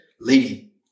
lady